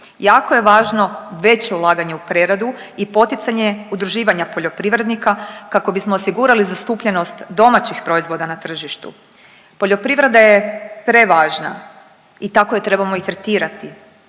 Jako je važno veće ulaganje u preradu i poticanje udruživanja poljoprivrednika kako bi smo osigurali zastupljenost domaćih proizvoda na tržištu. Poljoprivreda je prevažna i tako je trebamo i tretirati